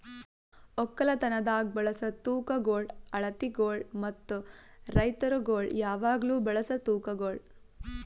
ಒಕ್ಕಲತನದಾಗ್ ಬಳಸ ತೂಕಗೊಳ್, ಅಳತಿಗೊಳ್ ಮತ್ತ ರೈತುರಗೊಳ್ ಯಾವಾಗ್ಲೂ ಬಳಸ ತೂಕಗೊಳ್